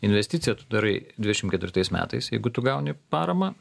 investiciją tu darai dvidešimt ketvirtais metais jeigu tu gauni paramą